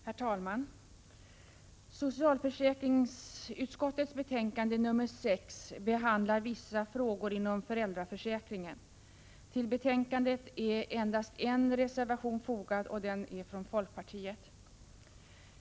Herr talman! Socialförsäkringsutskottets betänkande 6 behandlar vissa frågor inom föräldraförsäkringen. Till betänkandet är endast en reservation fogad, och den är från folkpartiet.